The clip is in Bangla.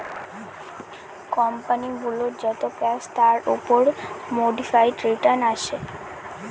কোম্পানি গুলোর যত ক্যাশ তার উপর মোডিফাইড রিটার্ন আসে